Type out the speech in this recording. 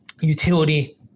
utility